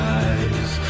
eyes